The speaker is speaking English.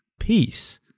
peace